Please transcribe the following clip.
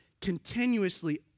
continuously